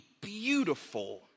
beautiful